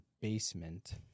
basement